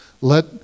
Let